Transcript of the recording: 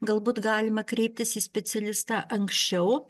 galbūt galima kreiptis į specialistą anksčiau